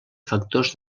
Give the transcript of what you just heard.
factors